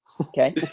Okay